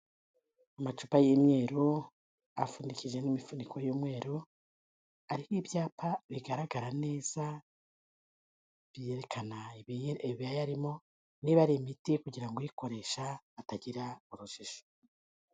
Amacupa y'imyeru apfundikije n'imifuniko y'umweru, ariho ibyapa bigaragara neza, byerekana ibiyarimo niba ari imiti kugira ngo uyikoresha atagira urujijo.